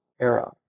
era